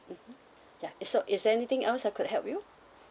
mmhmm ya is so is there anything else I could help you